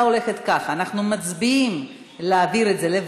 אם כן, אנחנו נצביע על העברת הדיון